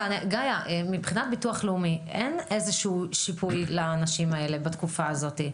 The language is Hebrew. מבחינת ביטוח לאומי אין איזושהי שיפוי לאנשים האלה בתקופה הזאת.